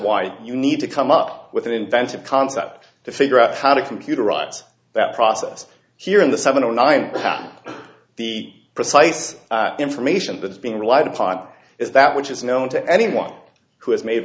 why you need to come up with an inventive concept to figure out how to computerize that process here in the seven or nine the precise information that is being relied upon is that which is known to anyone who has made